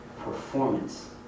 performance